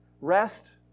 Rest